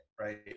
right